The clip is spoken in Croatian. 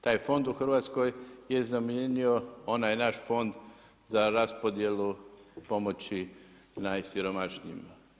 Taj fond u Hrvatskoj je zamijenio onaj naš fond za raspodjelu, pomoći najsiromašnijima.